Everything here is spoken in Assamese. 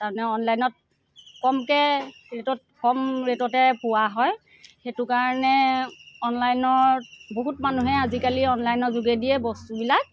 তাৰমানে অনলাইনত কমকৈ ৰেটত কম ৰেটতে পোৱা হয় সেইটো কাৰণে অনলাইনত বহুত মানুহে আজিকালি অনলাইনৰ যোগেদিয়ে বস্তুবিলাক